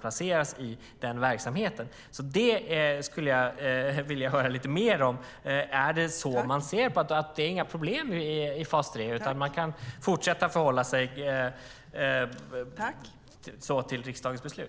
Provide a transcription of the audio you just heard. placera människor i den verksamheten. Det skulle jag vilja höra lite mer om. Är det så man ser på det? Är det inte några problem med fas 3, utan man kan fortsätta att förhålla sig så till riksdagens beslut?